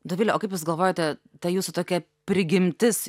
dovile o kaip jūs galvojate ta jūsų tokia prigimtis